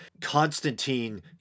Constantine